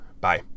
Bye